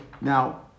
now